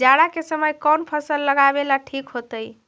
जाड़ा के समय कौन फसल लगावेला ठिक होतइ?